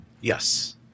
Yes